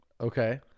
Okay